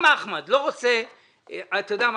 אחמד טיבי אתה יודע מה,